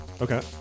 Okay